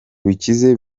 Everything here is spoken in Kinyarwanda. bikize